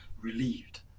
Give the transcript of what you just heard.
relieved